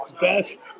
Best